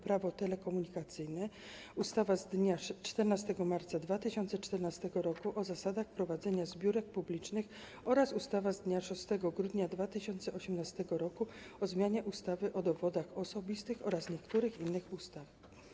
Prawo telekomunikacyjne, ustawa z dnia 14 marca 2014 r. o zasadach prowadzenia zbiórek publicznych oraz ustawa z dnia 6 grudnia 2018 r. o zmianie ustawy o dowodach osobistych oraz niektórych innych ustaw.